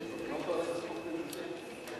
אנחנו ממשיכים בסדר-היום.